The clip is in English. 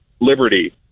liberty